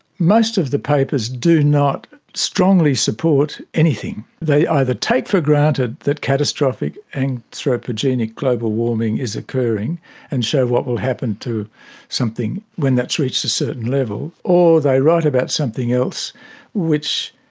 most of the papers do not strongly support anything. they either take for granted that catastrophic and anthropogenic global warming is occurring and show what will happen to something when that has reached a certain level, or they write about something else which,